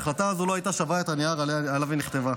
ההחלטה הזו לא הייתה שווה את הנייר שעליו היא נכתבה.